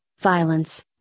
violence